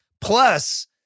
plus